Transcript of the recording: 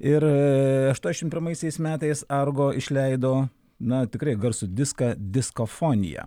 ir aštuoniasdešimt pirmaisiais metais argo išleido na tikrai garsų diską disko fonija